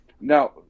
now